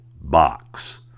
box